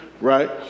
right